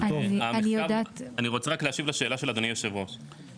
אני רוצה רק להשיב לשאלה של אדוני היושב ראש,